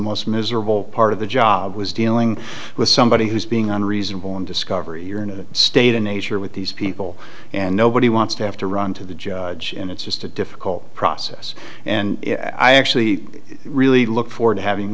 most miserable part of the job was dealing with somebody who's being on reasonable and discovery you're in a state of nature with these people and nobody wants to have to run to the judge and it's just a difficult process and i actually really look forward to having